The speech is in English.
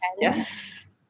Yes